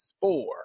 four